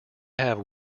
have